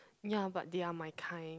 ya but they are my kind